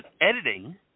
editing